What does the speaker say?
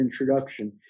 Introduction